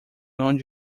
non